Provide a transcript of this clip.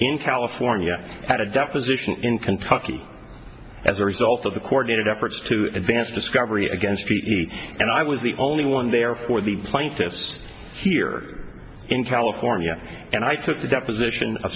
in california at a deposition in kentucky as a result of the coordinated efforts to advance discovery against feet and i was the only one there for the plaintiffs here in california and i took the deposition